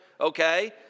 Okay